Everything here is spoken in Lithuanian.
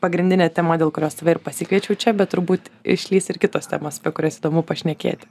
pagrindinė tema dėl kurios tave ir pasikviečiau čia bet turbūt išlįs ir kitos temos apie kurias įdomu pašnekėti